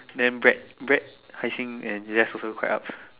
then brad brad Hai-Xing and Jeff also quite ups